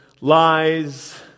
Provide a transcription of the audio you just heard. lies